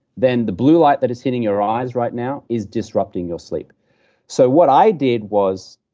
then the blue light that is hitting your eyes right now is disrupting your sleep so what i did was,